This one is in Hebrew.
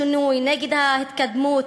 בכל חברה יש פחדים, נגד השינוי, נגד ההתקדמות.